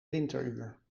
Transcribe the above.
winteruur